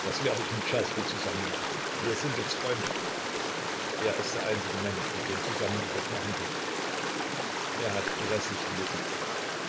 das werd ich mit czerski zusammen machen wir sind jetzt freunde er ist der einzige mensch mit dem zusammen ich es machen kann er hat gräßlich gelitten